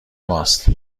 ماست